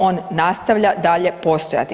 On nastavlja dalje postojati.